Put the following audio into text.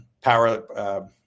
power